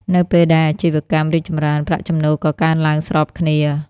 នៅពេលដែលអាជីវកម្មរីកចម្រើន ប្រាក់ចំណូលក៏កើនឡើងស្របគ្នា។